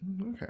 okay